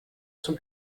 zum